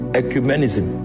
ecumenism